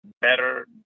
better